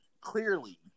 Clearly